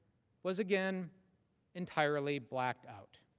was again entirely blacked out.